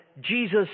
Jesus